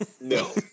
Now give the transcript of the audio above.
No